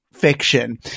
fiction